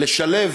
לשלב